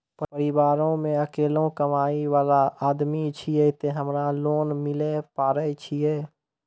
परिवारों मे अकेलो कमाई वाला आदमी छियै ते हमरा लोन मिले पारे छियै?